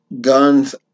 guns